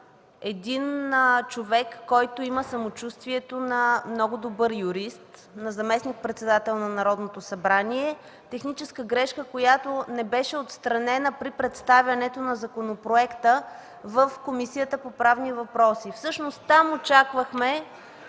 един човек, който има самочувствието на много добър юрист, на заместник-председател на Народното събрание, техническа грешка, която не беше отстранена при представянето на законопроекта в Комисията по правни въпроси. Всъщност там очаквахме